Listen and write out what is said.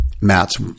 Matt's